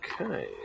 Okay